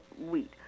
wheat